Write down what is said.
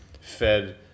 fed